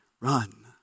run